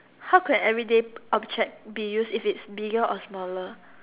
how could everyday object be used if it's bigger or smaller